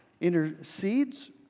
intercedes